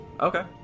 Okay